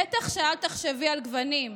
בטח שאל תחשבי על גוונים,